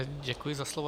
Děkuji za slovo.